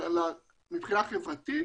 גם מבחינה חברתית